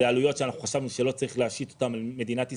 אלה עלויות שאנחנו חשבנו שלא צריך להשית אותן על מדינת ישראל.